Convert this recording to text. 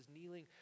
kneeling